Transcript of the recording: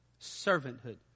servanthood